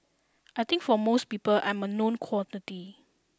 I think for most people I'm a known quantity